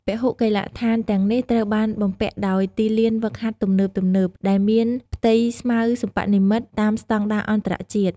ពហុកីឡដ្ឋានទាំងនេះត្រូវបានបំពាក់ដោយទីលានហ្វឹកហាត់ទំនើបៗ ដែលមានផ្ទៃស្មៅសិប្បនិមិត្តតាមស្តង់ដារអន្តរជាតិ។